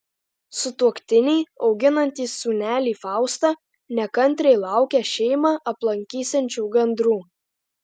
sutuoktiniai auginantys sūnelį faustą nekantriai laukia šeimą aplankysiančių gandrų